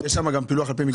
שם פילוח על פי מגזרים?